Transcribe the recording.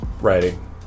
writing